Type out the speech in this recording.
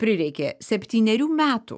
prireikė septynerių metų